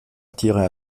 attirer